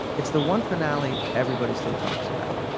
it's the one finale. everybody still talks about,